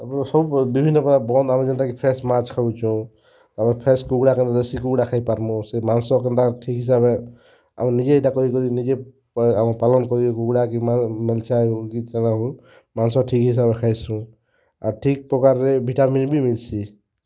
ଆମର ସବୁ ବିଭିନ୍ନ ପ୍ରକାର୍ ଆମେ ଯେନ୍ତା କି ଫ୍ରେସ୍ ମାଛ୍ ଖାଉଛୁଁ ଆମର୍ ଫ୍ରେସ୍ କୁକୁଡ଼ା ଯେମିତି ଦେଶୀ କୁକୁଡ଼ା ଖାଇ ପାର୍ମୁଁ ସେ ମାଂସ କିମ୍ୱା ଠିକ୍ ହିସାବେ ଆଉ ନିଜେ ଏଇଟା କରି କରି ନିଜେ ଆମର ପାଳନ୍ କରିବାକୁ କୁକୁଡ଼ା କିମ୍ୱା ମିଲ୍ଚା ମାଂସ ଠିକ୍ ହିସାବରେ ଖାଇସୁଁ ଆର୍ ଠିକ୍ ପ୍ରକାରରେ ଭିଟାମିନ୍ ବି ମିଲ୍ସି